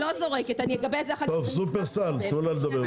לא נכון.